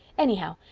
anyhow,